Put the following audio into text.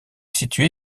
situé